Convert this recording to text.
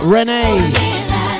Renee